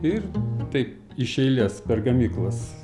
ir taip iš eilės per gamyklas